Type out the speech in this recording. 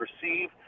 perceive